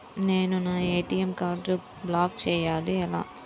నేను నా ఏ.టీ.ఎం కార్డ్ను బ్లాక్ చేయాలి ఎలా?